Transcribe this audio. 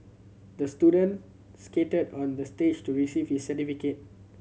the student skated onto the stage to receive his certificate